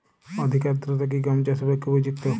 অধিক আর্দ্রতা কি গম চাষের পক্ষে উপযুক্ত?